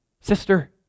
sister